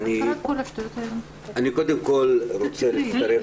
קודם כול, אני רוצה להצטרף